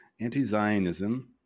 Anti-Zionism